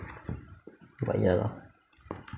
but ya lah